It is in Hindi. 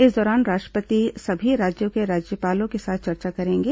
इस दौरान राष्ट्रपति सभी राज्यों के राज्यपालों के साथ चर्चा करेंगे